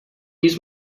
use